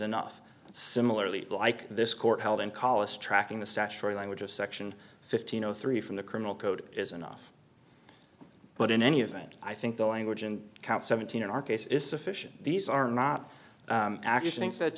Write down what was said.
enough similarly like this court held in colace tracking the statutory language of section fifteen zero three from the criminal code is enough but in any event i think the language in count seventeen in our case is sufficient these are not